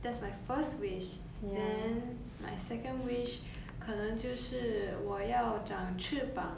that's my first wish then my second wish 可能就是我要长翅膀